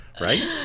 right